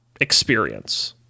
experience